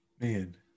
man